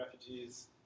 refugees